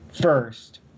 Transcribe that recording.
first